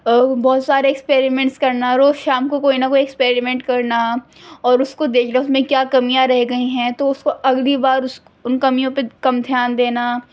بہت سارے ایکسپریمنٹس کرنا روز شام کو کوئی نہ کوئی ایکسپریمنٹ کرنا اور اس کو دیکھنا اس میں کیا کمیاں رہ گئی ہیں تو اس کو اگلی بار اس ان کمیوں پہ کم دھیان دینا